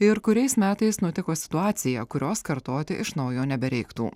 ir kuriais metais nutiko situacija kurios kartoti iš naujo nebereiktų